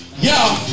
Yo